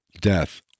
death